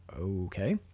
okay